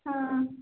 ਹਾਂ